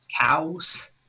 cows